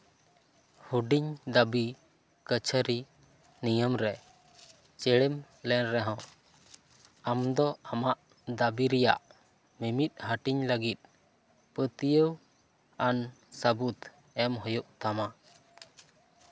ᱦᱩᱰᱤᱧ ᱫᱟᱵᱤ ᱠᱟᱹᱪᱷᱟᱹᱨᱤ ᱱᱤᱭᱚᱢᱨᱮ ᱪᱮᱬᱮᱢ ᱞᱮᱱ ᱨᱮᱦᱚᱸ ᱟᱢᱫᱚ ᱟᱢᱟᱜ ᱫᱟᱹᱵᱤ ᱨᱮᱭᱟᱜ ᱢᱤᱢᱤᱫ ᱦᱟᱹᱴᱤᱧ ᱞᱟᱹᱜᱤᱫ ᱯᱟᱹᱛᱭᱟᱹᱣ ᱟᱱ ᱥᱟᱹᱵᱩᱫ ᱮᱢ ᱦᱩᱭᱩᱜ ᱛᱟᱢᱟ